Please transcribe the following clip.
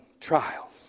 trials